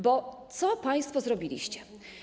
Bo co państwo zrobiliście?